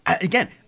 again